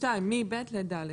בשתיים, מ-ב' ל-ד'.